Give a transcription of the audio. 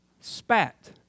Spat